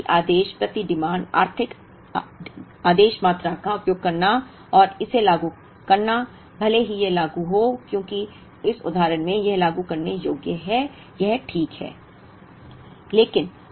इसलिए प्रति आदेश आर्थिक आदेश मात्रा का उपयोग करना और इसे लागू करना भले ही यह लागू हो क्योंकि इस उदाहरण में यह लागू करने योग्य है यह ठीक है